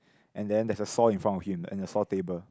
and then there's a saw in front of him and a saw table